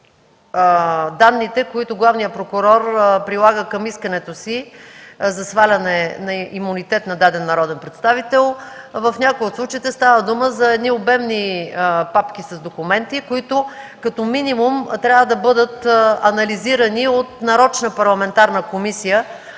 данните, които главният прокурор прилага към исканията си за сваляне на имунитет на даден народен представител. В някои от случаите става дума за едни обемни папки с документи, които като минимум трябва да бъдат анализирани от нарочна парламентарна комисия,